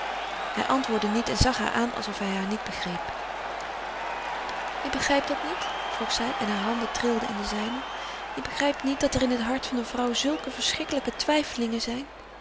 hij antwoordde niet en zag haar aan alsof hij haar niet begreep je begrijpt dat niet vroeg zij en hare handen trilden in de zijne je begrijpt niet dat er in het hart van een vrouw zulke verschrikkelijke twijfelingen zijn